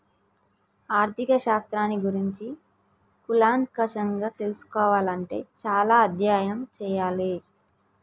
ఆర్ధిక శాస్త్రాన్ని గురించి కూలంకషంగా తెల్సుకోవాలే అంటే చానా అధ్యయనం చెయ్యాలే